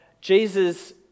Jesus